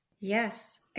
Yes